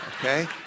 okay